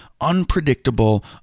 unpredictable